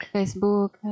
Facebook